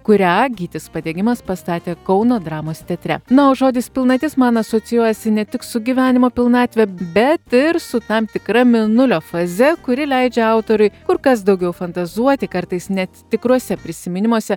kurią gytis padegimas pastatė kauno dramos teatre na o žodis pilnatis man asocijuojasi ne tik su gyvenimo pilnatve bet ir su tam tikra mėnulio faze kuri leidžia autoriui kur kas daugiau fantazuoti kartais net tikruose prisiminimuose